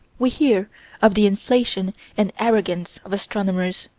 we hear of the inflation and arrogance of astronomers.